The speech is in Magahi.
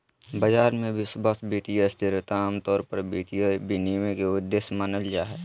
बाजार मे विश्वास, वित्तीय स्थिरता आमतौर पर वित्तीय विनियमन के उद्देश्य मानल जा हय